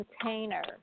container